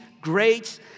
great